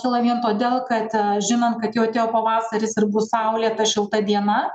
kyla vien todėl kad žinant kad jau atėjo pavasaris ir bus saulėta šilta diena